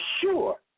sure